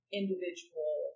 individual